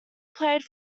played